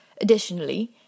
Additionally